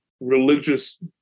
religious